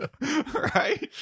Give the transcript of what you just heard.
right